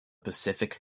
pacific